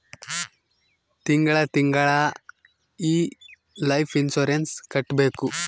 ತಿಂಗಳ ತಿಂಗಳಾ ಈ ಲೈಫ್ ಇನ್ಸೂರೆನ್ಸ್ ಕಟ್ಬೇಕು